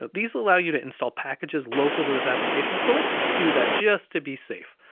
these allow you to install packages local to this application. so let's do that just to be safe.